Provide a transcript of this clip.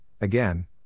again